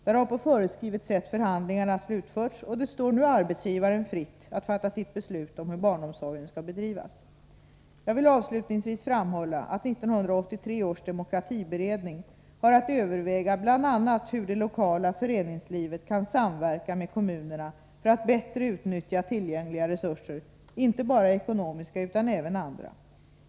Där har på föreskrivet sätt förhandlingarna slutförts, och det står nu arbetsgivaren fritt att fatta sitt beslut om hur barnomsorgen skall bedrivas. Jag vill avslutningsvis framhålla att 1983 års demokratiberedning har att överväga bl.a. hur det lokala föreningslivet kan samverka med kommunerna för att bättre utnyttja tillgängliga resurser, inte bara ekonomiska utan även andra.